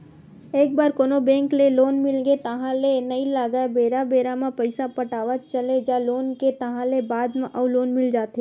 एक बार कोनो बेंक ले लोन मिलगे ताहले नइ लगय बेरा बेरा म पइसा पटावत चले जा लोन के ताहले बाद म अउ लोन मिल जाथे